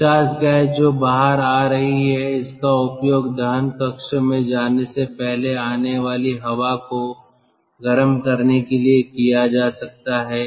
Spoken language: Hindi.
निकास गैस जो बाहर आ रही है इसका उपयोग दहन कक्ष में जाने से पहले आने वाली हवा को गर्म करने के लिए किया जा सकता है